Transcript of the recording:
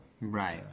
Right